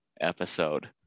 episode